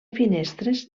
finestres